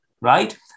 right